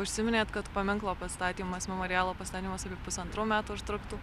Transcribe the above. užsiminėt kad paminklo pastatymas memorialo pastatymas ir pusantrų metų užtruktų